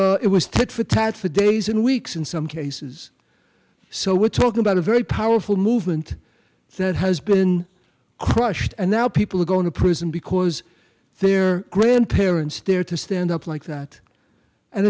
a it was ted for tat for days and weeks in some cases so we're talking about a very powerful movement that has been crushed and now people are going to prison because their grandparents there to stand up like that and